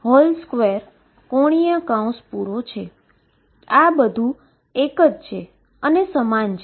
આ બધુ જ એક છે અને સમાન છે